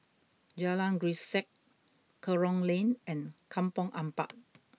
Jalan Grisek Kerong Lane and Kampong Ampat